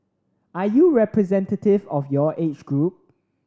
are you representative of your age group